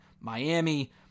Miami